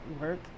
work